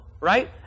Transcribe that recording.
right